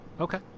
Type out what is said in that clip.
Okay